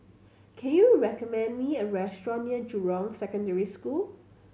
can you recommend me a restaurant near Jurong Secondary School